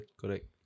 correct